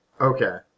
Okay